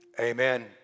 amen